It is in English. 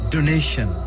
Donation